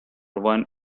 one